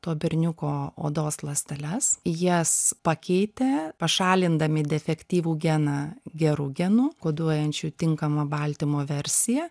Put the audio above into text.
to berniuko odos ląsteles jas pakeitė pašalindami defektyvų geną geru genu koduojančiu tinkamą baltymo versiją